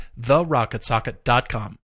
therocketsocket.com